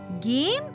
Game